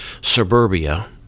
suburbia